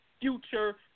future